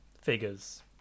figures